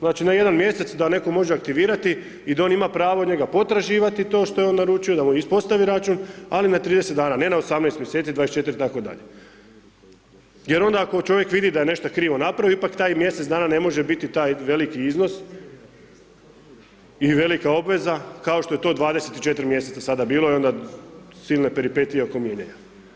Znači na jedan mjesec da netko može aktivirati i da on ima pravo njega potraživati to šta je on naručio da mu ispostavi račun, ali na 30 dana, ne na 18 mjeseci, 24 itd. jer onda ako čovjek vidi da je nešto krivo napravio, ipak taj mjesec dana ne može biti taj veliki iznos i velika obveza kao što je to 24 mjeseca sada bilo i onda silne peripetije oko mijenjanja.